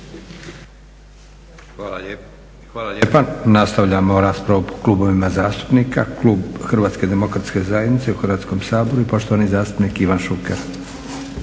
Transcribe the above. Hvala lijepa.